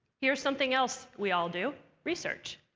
here's something else we all do research.